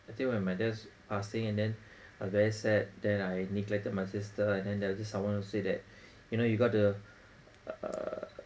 I think when my dad's passing and then I very sad then I neglected my sister and then there was this someone who say that you know you've got to uh